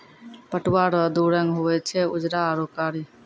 पटुआ रो दू रंग हुवे छै उजरा आरू कारी